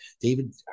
David